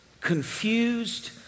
confused